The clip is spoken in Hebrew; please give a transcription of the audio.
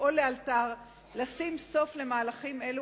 לפעול לאלתר ולשים סוף למהלכים האלה,